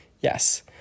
Yes